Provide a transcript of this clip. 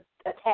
attack